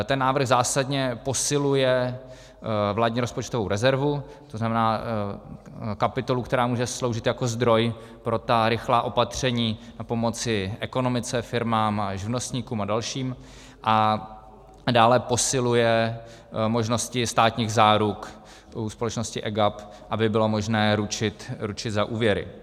Ten návrh zásadně posiluje vládní rozpočtovou rezervu, to znamená kapitolu, která může sloužit jako zdroj pro ta rychlá opatření pomoci ekonomice, firmám a živnostníkům a dalším, a dále posiluje možnosti státních záruk u společnosti EGAP, aby bylo možné ručit za úvěry.